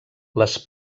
les